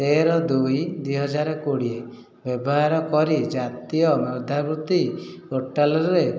ତେର ଦୁଇ ଦୁଇ ହଜାର କୋଡ଼ିଏ ବ୍ୟବହାର କରି ଜାତୀୟ ମେଧାବୃତ୍ତି ପୋର୍ଟାଲ୍ରେ